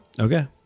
Okay